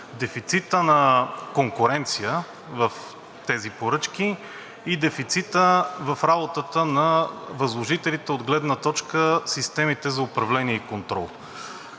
дефицитът на конкуренция в тези поръчки и дефицитът в работата на възложителите от гледна точка на системите за управление и контрол.